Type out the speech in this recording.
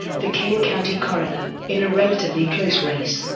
the kane county coroner, in a relatively close race.